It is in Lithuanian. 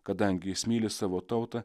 kadangi jis myli savo tautą